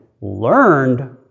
learned